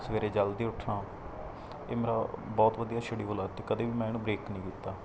ਸਵੇਰੇ ਜਲਦੀ ਉੱਠਣਾ ਇਹ ਮੇਰਾ ਬਹੁਤ ਵਧੀਆ ਸ਼ਡਿਊਲ ਹੈ ਅੱਜ ਤੱਕ ਕਦੇ ਵੀ ਮੈਂ ਇਹਨੂੰ ਬ੍ਰੇਕ ਨਹੀਂ ਕੀਤਾ